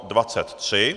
23.